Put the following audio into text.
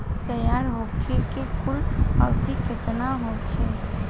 तैयार होखे के कुल अवधि केतना होखे?